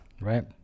Right